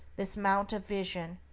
this mount of vision,